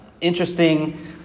interesting